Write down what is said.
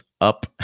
up